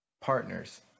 partners